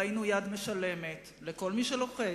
ראינו יד משלמת לכל מי שלוחץ.